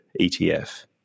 ETF